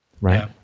Right